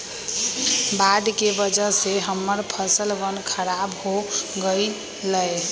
बाढ़ के वजह से हम्मर फसलवन खराब हो गई लय